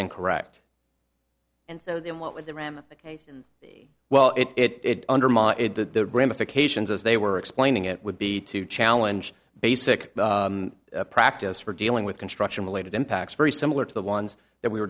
incorrect and so then what would the ramifications well if it undermine the ramifications as they were explaining it would be to challenge basic practice for dealing with construction related impacts very similar to the ones that we were